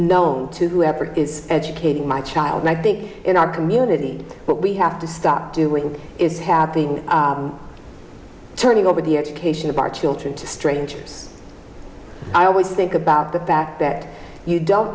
known to whoever is educating my child and i think in our community what we have to stop doing is happy with turning over the education of our children to strangers i always think about the fact that you don't